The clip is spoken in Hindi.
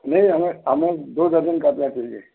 ये हमें हमें दो दर्जन कापियाँ चाहिए